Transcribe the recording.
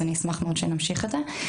אז אני אשמח מאוד שנמשיך את זה.